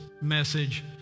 message